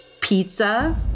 Pizza